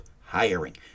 hiring